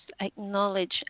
acknowledge